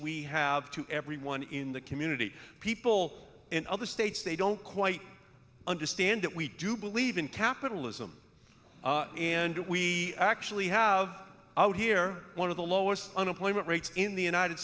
we have to everyone in the community people in other states they don't quite understand that we do believe in capitalism and we actually have out here or one of the lowest unemployment rates in the united